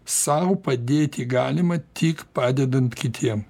sau padėti galima tik padedant kitiem